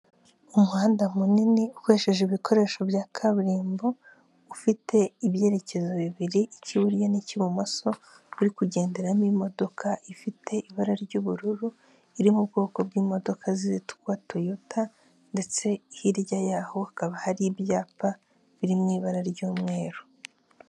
Umuhanda munini ukoresheje ibikoresho bya kaburimbo ufite ibyerekezo bibiri ikiburyo n'icy'ibumoso uri kugenderamo imodoka ifite ibara ry'ubururu iri mu bwoko bw'imodoka zitwa toyota ndetse hirya yaho hakaba hari ibyapa biriwi ibara ry'umweru.